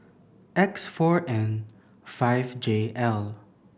X four N five J L